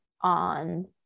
on